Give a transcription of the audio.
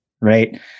Right